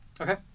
Okay